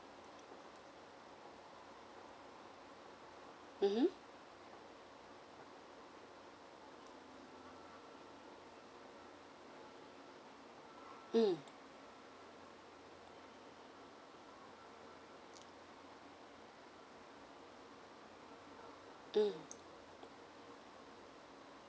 mmhmm um um